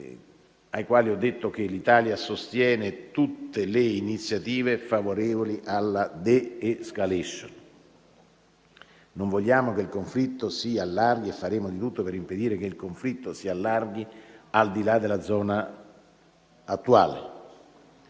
ai quali ho detto che l'Italia sostiene tutte le iniziative favorevoli alla *de-escalation*. Non vogliamo che il conflitto sia allarghi e faremo di tutto per impedire che il conflitto si allarghi al di là della zona attuale.